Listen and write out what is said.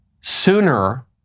Sooner